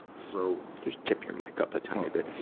so just tip your mic up a tiny bit, if you